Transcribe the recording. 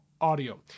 audio